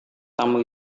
tamu